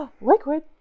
Liquid